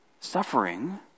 suffering